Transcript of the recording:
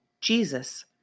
Jesus